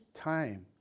time